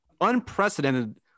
unprecedented